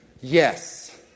Yes